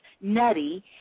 nutty